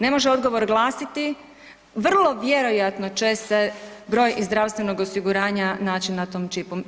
Ne može odgovor glasiti „vrlo vjerojatno će se broj iz zdravstvenog osiguranja naći na tom čipu“